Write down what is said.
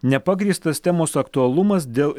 nepagrįstas temos aktualumas dėl